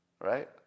right